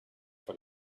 for